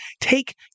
take